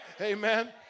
Amen